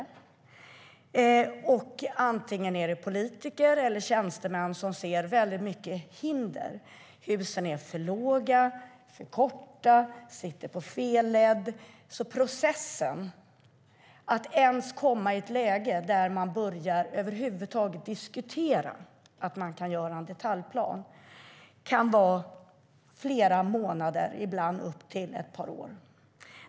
Då är det antingen politiker eller tjänstemän som ser väldigt många hinder - husen är för låga, för korta eller placerade på fel ledd - så processen tills man över huvud taget börjar diskutera en detaljplan kan ta månader, ibland upp till ett par år.